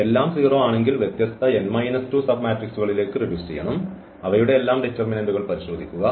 എല്ലാം 0 ആണെങ്കിൽ വ്യത്യസ്ത n 2 സബ്മാട്രിക്സികളിലേക്ക് റെഡ്യൂസ് ചെയ്യണം അവയുടെയെല്ലാം ഡിറ്റർമിനന്റ്കൾ പരിശോധിക്കുക